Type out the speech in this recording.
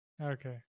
Okay